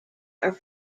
are